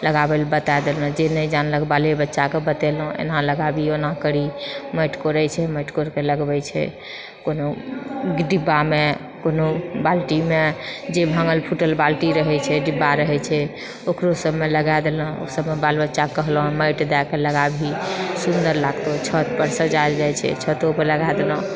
लगाबै लए बता देलौ जे नहि जानलक बाले बच्चा कऽ बतेलहुँ एना लगाबी ओना करी माटि कोरइ छै माटि कोरिके लगबै छै कोनो डिब्बामे कोनो बाल्टीमे जे भाँगल फुटल बाल्टी रहै छै डिब्बा रहै छै ओकरो सभमे लगा देलहुँ ओ सभमे बाल बच्चा कऽ कहलहुँ माटि दए कऽ लगाबही सुन्दर लागतौ छत पर सजाएल जाइ छै छतो पर लगा देलहुँ